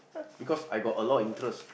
because I got a lot of interest